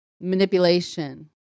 manipulation